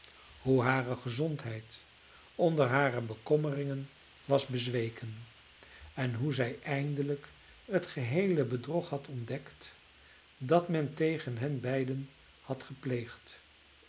hoe hare gezondheid onder hare bekommeringen was bezweken en hoe zij eindelijk het geheele bedrog had ontdekt dat men tegen hen beiden had gepleegd